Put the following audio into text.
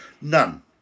none